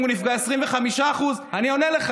אם הוא נפגע 25% אני עונה לך.